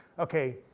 okay,